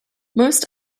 most